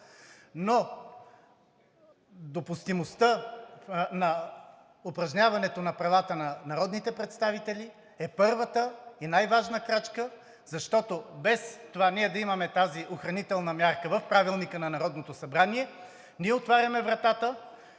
Но допустимостта на упражняването на правата на народните представители е първата и най-важна крачка, защото без това да имаме тази охранителна мярка в Правилника на Народното събрание, ние отваряме вратата